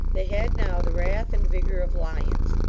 they had now the wrath and vigour of lions.